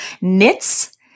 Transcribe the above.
Knits